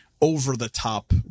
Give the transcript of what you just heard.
over-the-top